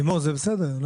לימור, זה בסדר?